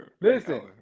Listen